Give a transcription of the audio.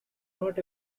not